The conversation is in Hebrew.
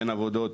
בין עבודות,